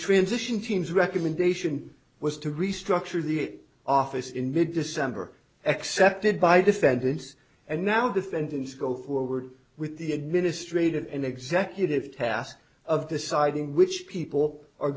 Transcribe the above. transition teams recommendation was to restructure the it office in mid december accepted by defendants and now defendants go forward with the administrative and executive task of deciding which people are